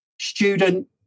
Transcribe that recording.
student